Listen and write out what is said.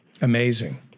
amazing